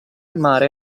mare